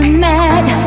mad